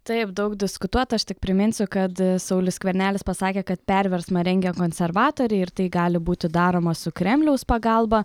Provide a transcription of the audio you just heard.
taip daug diskutuota aš tik priminsiu kad saulius skvernelis pasakė kad perversmą rengė konservatoriai ir tai gali būti daroma su kremliaus pagalba